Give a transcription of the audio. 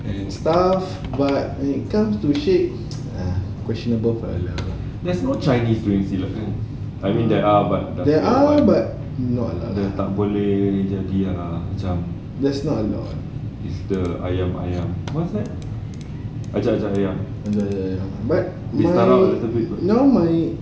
and stuff but when it comes to sheik questionable ah there are but not a lot there's not a lot ajak-ajak ayam but now my